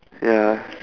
ya